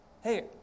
hey